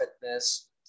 Fitness